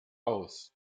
aus